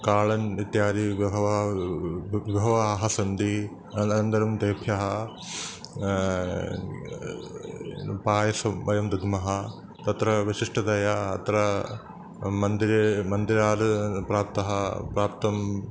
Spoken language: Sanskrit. काळन् इत्यादि बहवः बि विभवाः सन्ति अनन्तरं तेभ्यः पायसं वयं दद्मः तत्र विशिष्टतया अत्र मन्दिरे मन्दिरात् प्राप्तः प्राप्तं